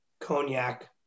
cognac